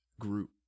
group